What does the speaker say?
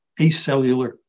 acellular